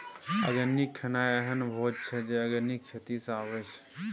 organic खेनाइ एहन भोजन छै जे आर्गेनिक खेती सँ अबै छै